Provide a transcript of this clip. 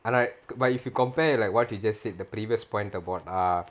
I like but if you compare like what you just said the previous point about err